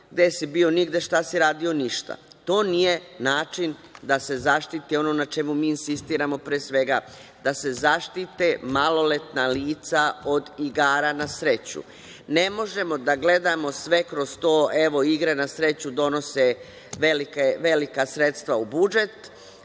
gde si bio, nigde, šta si radio, ništa. To nije način da se zaštiti ono na čemu mi insistiramo, pre svega, da se zaštite maloletna lica od igara na sreću. Ne možemo da gledamo sve kroz to, evo, igre na sreću donose velika sredstva u budžet,